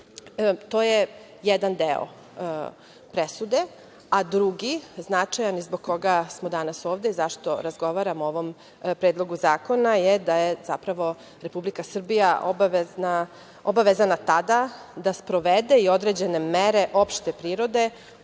To je jedan deo presude, a drugi značajan i zbog koga smo danas ovde i zašto razgovaramo o ovom predlogu zakona, je da je zapravo Republika Srbija obavezana tada da sprovede i određene mere opšte prirode,